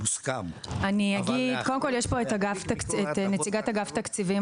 מוסכם --- יש פה את נציגת אגף תקציבים.